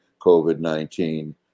COVID-19